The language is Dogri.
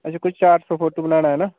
अच्छा कोई चार सौ फोटो बनाना हैना